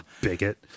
bigot